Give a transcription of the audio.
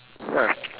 ya